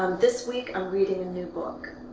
um this week i'm reading a new book.